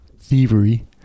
thievery